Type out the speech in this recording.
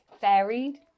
Varied